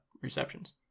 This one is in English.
receptions